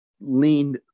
lean